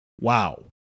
wow